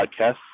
podcast